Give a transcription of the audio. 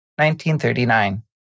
1939